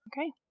Okay